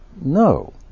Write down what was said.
no